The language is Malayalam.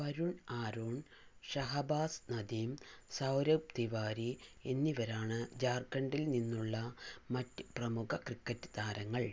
വരുൺ ആരോൺ ഷഹബാസ് നദീം സൗരവ് തിവാരി എന്നിവരാണ് ജാർഖഖണ്ഡിൽ നിന്നുള്ള മറ്റ് പ്രമുഖ ക്രിക്കറ്റ് താരങ്ങൾ